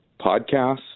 podcasts